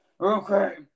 Okay